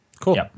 Cool